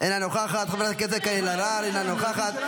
אינה נוכחת, חברת הכנסת קארין אלהרר, אינה נוכחת,